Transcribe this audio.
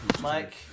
Mike